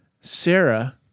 Sarah